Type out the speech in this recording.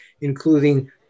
including